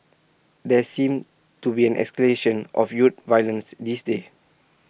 there seems to be an escalation of youth violence these days